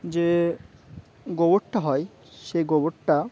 যে গোবরটা হয় সেই গোবরটা